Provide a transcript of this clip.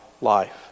life